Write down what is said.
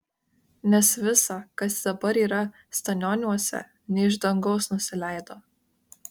nes visa kas dabar yra stanioniuose ne iš dangaus nusileido